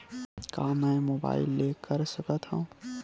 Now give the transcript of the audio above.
का मै मोबाइल ले कर सकत हव?